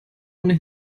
ohne